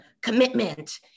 commitment